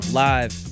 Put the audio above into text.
live